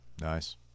Nice